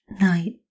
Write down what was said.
night